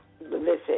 listen